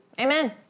Amen